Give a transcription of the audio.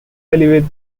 alleviate